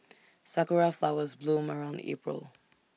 Sakura Flowers bloom around April